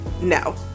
no